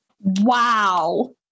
wow